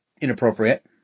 inappropriate